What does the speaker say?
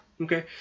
Okay